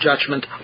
judgment